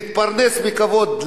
להתפרנס בכבוד,